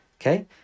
okay